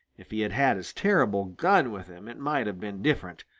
if he had had his terrible gun with him, it might have been different.